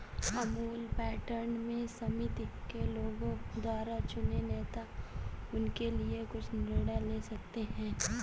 Amul pattern में समिति के लोगों द्वारा चुने नेता उनके लिए कुछ निर्णय ले सकते हैं